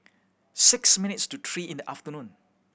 six minutes to three in the afternoon